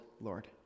Lord